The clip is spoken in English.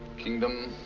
kingdom.